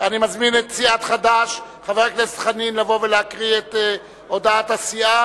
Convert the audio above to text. אני מזמין את חבר הכנסת חנין מסיעת חד"ש לבוא ולהקריא את הודעת הסיעה.